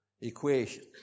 equation